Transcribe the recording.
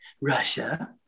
Russia